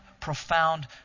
profound